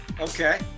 Okay